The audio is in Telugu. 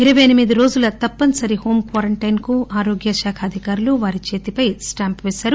ఇరపై ఎనిమిది రోజుల తప్పనిసరి హోం క్వారంటైస్ కు ఆరోగ్య శాఖ అధికారులు వారి చేతిపై స్లాంప్ పేశారు